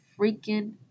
freaking